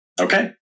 Okay